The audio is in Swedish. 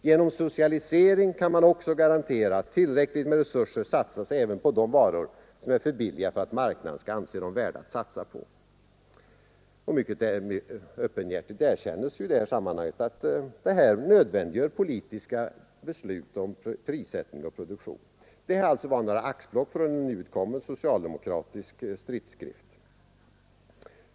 Genom socialisering kan man också garantera att tillräckligt med resurser satsas även på de varor som är för billiga för att marknaden skall anse dem värda att satsa på.” Mycket öppenhjärtigt erkännes också i det här sammanhanget att detta nödvändiggör politiska beslut om prissättning och produktion. Det här var några axplock från en nyutkommen socialdemokratisk stridsbok.